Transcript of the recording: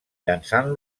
llançant